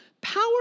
Power